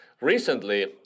Recently